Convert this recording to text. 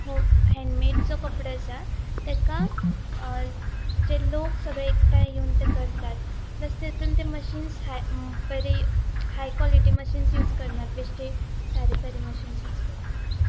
हँडमेडचो कपडो आसा तेका जे लोक सगळे एकठांय येवन ते करतात प्लस तितून ते मशीन्स हाय बरी हाय क्वॉलिटी मशीन्स यूज करना बेश्टी सारे सारी मशीन्स यूज करतात